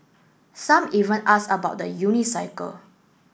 some even ask about the unicycle